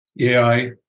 AI